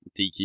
DQ